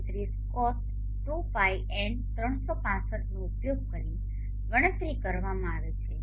033 Cos 2Π N365 નો ઉપયોગ કરીને ગણતરી કરવામાં આવે છે